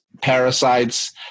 parasites